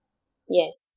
yes